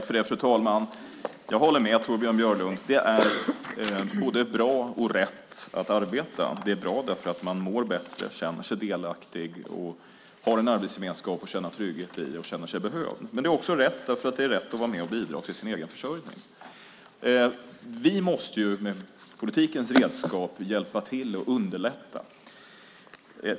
Fru talman! Jag håller med Torbjörn Björlund. Det är både bra och rätt att arbeta. Det är bra därför att man mår bättre, känner sig delaktig och har en arbetsgemenskap att känna trygghet i, och man känner sig behövd. Men det är också rätt därför att det är rätt att vara med och bidra till sin egen försörjning. Vi måste med politikens redskap hjälpa till och underlätta.